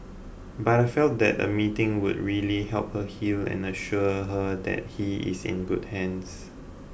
but I felt that a meeting would really help her heal and assure her that he is in good hands